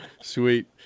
Sweet